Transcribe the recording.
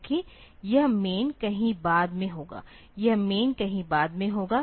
जबकि यह MAIN कहीं बाद में होगा यह MAIN कहीं बाद में होगा